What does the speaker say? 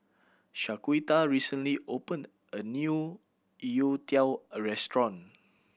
Shaquita recently opened a new youtiao restaurant